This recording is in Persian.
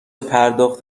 پرداخت